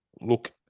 look